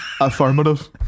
Affirmative